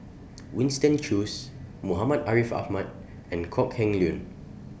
Winston Choos Muhammad Ariff Ahmad and Kok Heng Leun